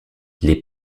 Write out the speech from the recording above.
les